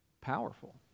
Powerful